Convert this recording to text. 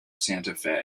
santa